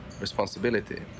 responsibility